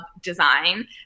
design